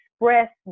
express